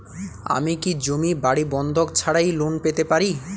আমি কি জমি বাড়ি বন্ধক ছাড়াই লোন পেতে পারি?